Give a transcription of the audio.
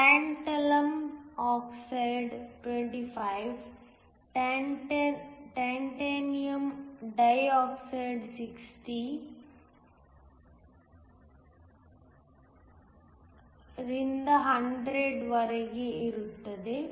tantalum oxide 25 titanium dioxide 60 ರಿಂದ 100 ರವರೆಗೆ ಇರುತ್ತದೆ